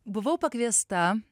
buvau pakviesta